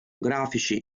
grafici